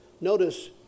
Notice